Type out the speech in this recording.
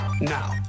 Now